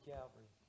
Calvary